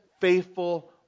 faithful